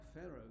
Pharaoh